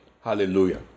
Hallelujah